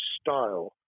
style